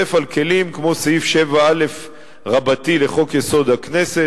מתווסף לכלים כמו סעיף 7א לחוק-יסוד: הכנסת,